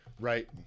right